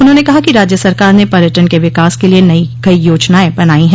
उन्होंने कहा कि राज्य सरकार ने पर्यटन के विकास के लिए कई योजनाएं बनाई है